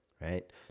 right